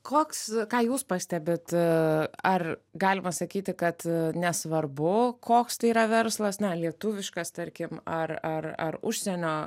koks ką jūs pastebit ar galima sakyti kad nesvarbu koks tai yra verslas na lietuviškas tarkim ar ar ar užsienio